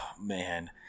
man